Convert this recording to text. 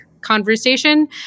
conversation